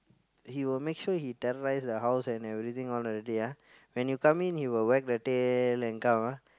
he will make sure he terrorize the house and everything all already ah when you come in he will wag the tail and come ah